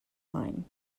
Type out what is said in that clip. line